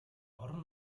орон